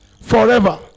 Forever